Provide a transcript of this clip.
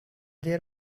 there